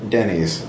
Denny's